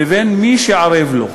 לבין מי שערב לו,